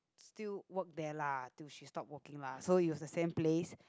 still work there lah till she stop working lah so it was the same place